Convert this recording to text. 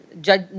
judge